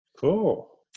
Cool